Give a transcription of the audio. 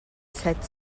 set